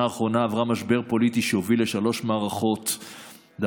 האחרונה משבר פוליטי שהוביל לשלוש מערכות בחירות,